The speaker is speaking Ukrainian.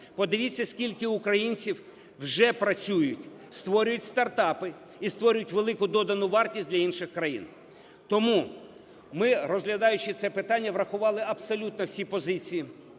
Подивіться, скільки українців вже працюють, створюють стартапи і створюють велику додану вартість для інших країн. Тому ми, розглядаючи це питання, врахували абсолютно всі позиції,